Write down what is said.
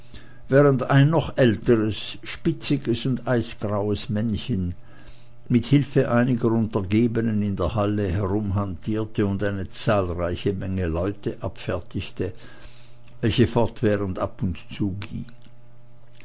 während ein noch älteres spitziges eisgraues männchen mit hilfe einiger untergebenen in der halle herumhantierte und eine zahlreiche menge leute abfertigte welche fortwährend ab und zu